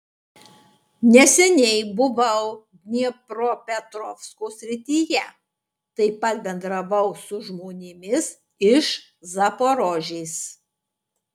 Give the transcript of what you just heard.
neseniai buvau dniepropetrovsko srityje taip pat bendravau su žmonėmis iš zaporožės